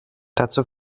dazu